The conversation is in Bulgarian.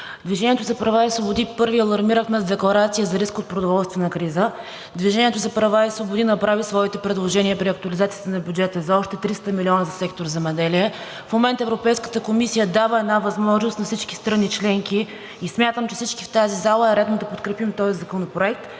„Движение за права и свободи“ първи алармирахме с декларация за риск от продоволствена криза. „Движение за права и свободи“ направи своите предложения при актуализацията на бюджета за още 300 милиона за сектор „Земеделие“. В момента Европейската комисия дава една възможност на всички страни членки и смятам, че всички в тази зала е редно да подкрепим този законопроект